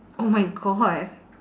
oh my god